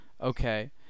okay